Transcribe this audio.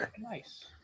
Nice